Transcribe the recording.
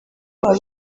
ari